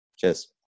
Cheers